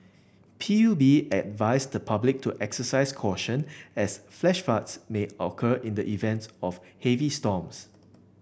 P U B advised the public to exercise caution as flash floods may occur in the events of heavy storms